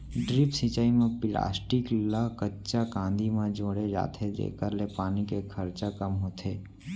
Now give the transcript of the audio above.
drip सिंचई म plastic ल कच्चा कांदी म जोड़े जाथे जेकर ले पानी के खरचा कम होथे